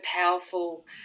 powerful